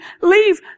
leave